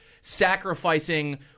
sacrificing